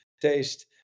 taste